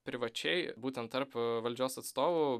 privačiai būtent tarp valdžios atstovų